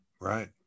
right